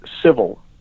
civil